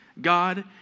God